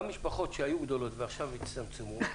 גם משפחות שהיו גדולות ועכשיו הצטמצמו,